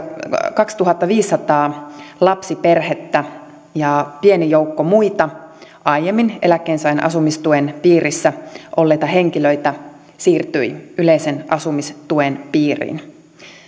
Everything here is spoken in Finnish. kaksituhattaviisisataa lapsiperhettä ja pieni joukko muita aiemmin eläkkeensaajan asumistuen piirissä olleita henkilöitä siirtyi yleisen asumistuen piiriin